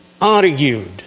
argued